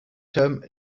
term